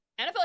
NFL